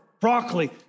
broccoli